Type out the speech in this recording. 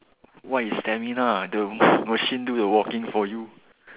what is stamina the machine do the walking for you